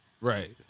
right